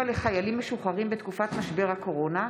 לחיילים משוחררים בתקופת משבר הקורונה.